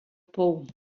pou